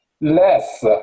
less